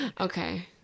Okay